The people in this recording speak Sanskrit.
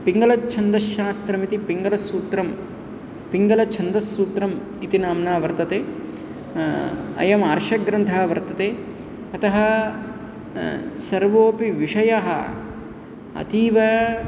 पिङ्गलछन्दस्शास्त्रम् इति पिङ्गलसूत्रं पिङ्गलछन्दस्सूत्रम् इति नाम्ना वर्तते अयम् आर्षग्रन्थः वर्तते अतः सर्वोऽपि विषयः अतीव